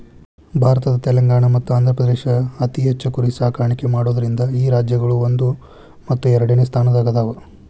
ಭಾರತದ ತೆಲಂಗಾಣ ಮತ್ತ ಆಂಧ್ರಪ್ರದೇಶ ಅತಿ ಹೆಚ್ಚ್ ಕುರಿ ಸಾಕಾಣಿಕೆ ಮಾಡೋದ್ರಿಂದ ಈ ರಾಜ್ಯಗಳು ಒಂದು ಮತ್ತು ಎರಡನೆ ಸ್ಥಾನದಾಗ ಅದಾವ